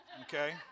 Okay